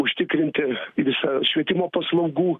užtikrinti visą švietimo paslaugų